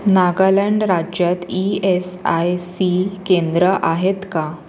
नागालँड राज्यात E S I C केंद्रं आहेत का